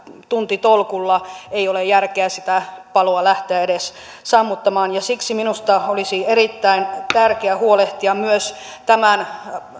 tuntitolkulla ei ole järkeä sitä paloa edes lähteä sammuttamaan siksi minusta olisi erittäin tärkeää huolehtia myös